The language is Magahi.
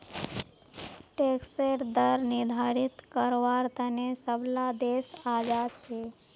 टैक्सेर दर निर्धारित कारवार तने सब ला देश आज़ाद छे